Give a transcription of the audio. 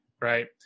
right